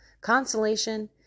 consolation